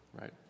right